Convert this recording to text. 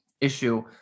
issue